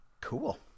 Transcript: cool